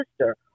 sister